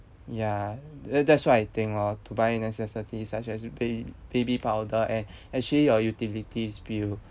ya that's what I think lor to buy necessities such as ba~ baby powder and actually your utilities bill